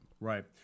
Right